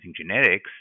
genetics